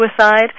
suicide